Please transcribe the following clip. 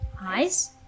eyes